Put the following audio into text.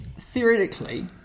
theoretically